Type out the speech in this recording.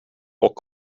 och